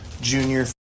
junior